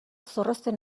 zorrozten